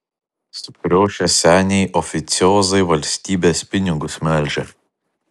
sukriošę seniai oficiozai valstybės pinigus melžia